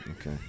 Okay